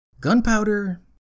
gunpowder